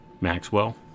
Maxwell